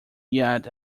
yet